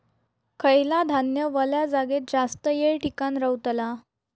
खयला धान्य वल्या जागेत जास्त येळ टिकान रवतला?